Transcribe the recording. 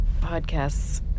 podcasts